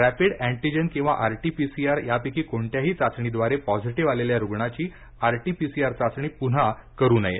rapid antigen किंवा RTPCR यापैकी कोणत्याही चाचणीद्वारे पॉझिटीव आलेल्या रुग्णाची आरटीपीसीआर चाचणी पुन्हा करु नये